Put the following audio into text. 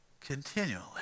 continually